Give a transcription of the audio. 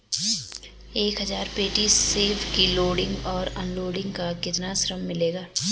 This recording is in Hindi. एक हज़ार पेटी सेब की लोडिंग और अनलोडिंग का कितना श्रम मिलेगा?